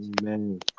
Amen